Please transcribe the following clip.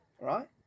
Right